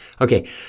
Okay